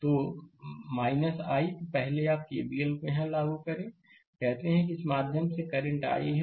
तो पहले आप केवीएल को यहां लागू करें कहते हैं कि इस के माध्यम से करंट i है